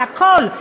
לכול,